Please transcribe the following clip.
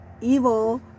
evil